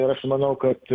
ir aš manau kad